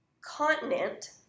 continent